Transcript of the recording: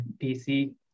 PC